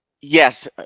Yes